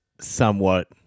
somewhat